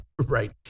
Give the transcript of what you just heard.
Right